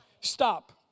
Stop